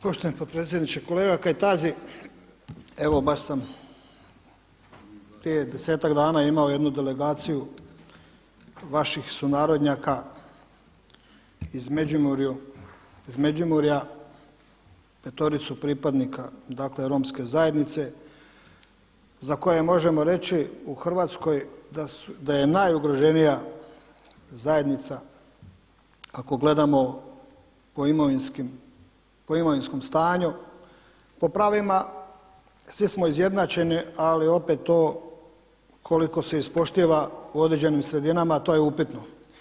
Poštovani potpredsjedniče, kolega Kajtazi evo baš sam prije desetak dana imao jednu delegaciju vaših sunarodnjaka iz Međimurja, petoricu pripadnika dakle Romske zajednice za koje možemo reći u Hrvatskoj da je najugroženija zajednica ako gledamo po imovinskom stanju, po pravima svi smo izjednačeni ali opet to koliko se ispoštiva u određenim sredinama to je upitno.